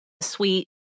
sweet